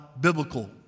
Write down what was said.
biblical